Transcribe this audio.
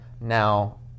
now